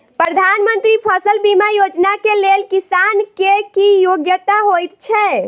प्रधानमंत्री फसल बीमा योजना केँ लेल किसान केँ की योग्यता होइत छै?